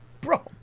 Bro